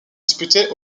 disputées